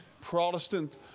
Protestant